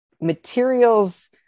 materials